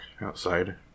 outside